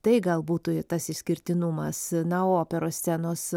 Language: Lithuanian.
tai gal būtų tas išskirtinumas na o operos scenos